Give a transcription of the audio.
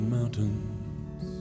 Mountains